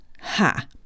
Ha